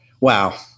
wow